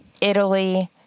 Italy